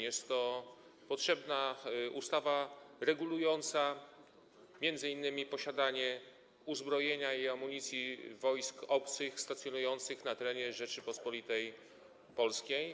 Jest to potrzebna ustawa, regulująca m.in. posiadanie uzbrojenia i amunicji przez wojska obce stacjonujące na terenie Rzeczypospolitej Polskiej.